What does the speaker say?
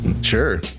Sure